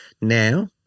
Now